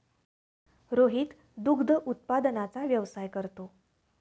रोहित दुग्ध उत्पादनाचा व्यवसाय करतो